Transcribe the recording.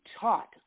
taught